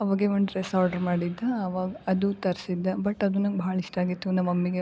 ಅವಾಗ ಒಂದು dress order ಮಾಡಿದ್ದೆ ಅವಾಗ ಅದು ತರಿಸಿದ್ದೆ ಬಟ್ ಅದು ನಂಗೆ ಭಾಳ ಇಷ್ಟ ಆಗಿತ್ತು ನನ್ನ ಮಮ್ಮಿಗೆ